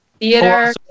Theater